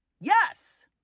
yes